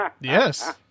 Yes